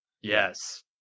yes